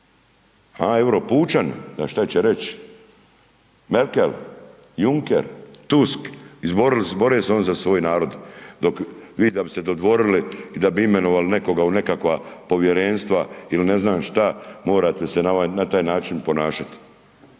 A euro pučani, a šta će reć Merkel, Juncker, Tusk, izborili se oni za svoj narod, vi da bi ste se dodvorili i da bi imenovali nekoga u nekakva povjerenstva ili ne znam šta, morate se na taj način ponašati.